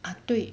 ah 对